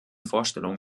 vorstellung